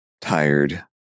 tired